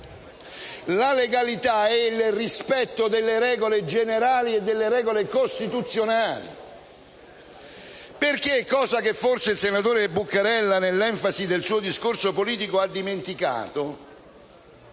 legalità significa rispetto delle regole generali e delle regole costituzionali. Infatti - cosa che forse il senatore Buccarella, nell'enfasi del suo discorso politico, ha dimenticato